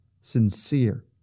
sincere